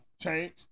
change